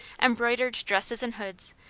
embroidered dresses and hoods,